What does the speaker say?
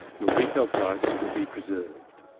your resale price will be preserved.